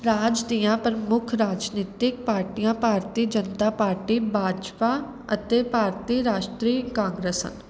ਰਾਜ ਦੀਆਂ ਪ੍ਰਮੁੱਖ ਰਾਜਨੀਤਕ ਪਾਰਟੀਆਂ ਭਾਰਤੀ ਜਨਤਾ ਪਾਰਟੀ ਬਾਜਪਾ ਅਤੇ ਭਾਰਤੀ ਰਾਸ਼ਟਰੀ ਕਾਂਗਰਸ ਹਨ